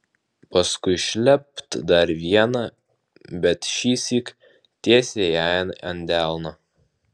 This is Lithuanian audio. paskui šlept dar viena bet šįsyk tiesiai jai ant delno